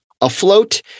afloat